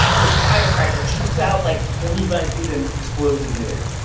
this firecracker shoots out, like, twenty five feet and explodes in midair.